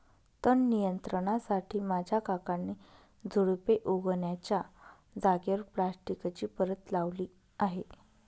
तण नियंत्रणासाठी माझ्या काकांनी झुडुपे उगण्याच्या जागेवर प्लास्टिकची परत लावली आहे